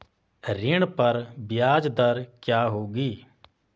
ऋण पर ब्याज दर क्या होगी?